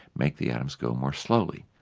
make the atoms go more slowly.